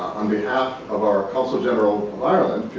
on behalf of our council general of ireland,